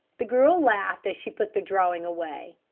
the girl laughed as she put the drawing away.